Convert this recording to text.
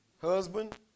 husband